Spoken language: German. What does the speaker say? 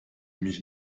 mich